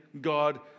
God